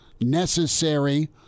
necessary